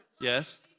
Yes